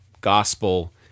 gospel